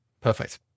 Perfect